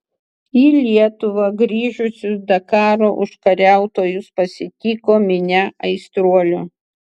į lietuvą grįžusius dakaro užkariautojus pasitiko minia aistruolių